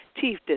Chief